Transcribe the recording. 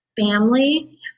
family